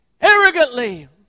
arrogantly